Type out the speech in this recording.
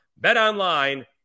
BetOnline